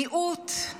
מיעוט,